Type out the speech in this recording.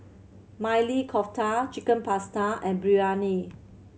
Maili Kofta Chicken Pasta and Biryani